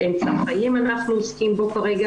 'גיל אמצע החיים' אנחנו עוסקים בו כרגע,